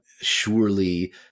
surely